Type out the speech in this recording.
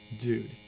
dude